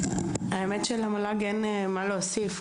האמת שלמל"ג אין מה להוסיף,